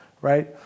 right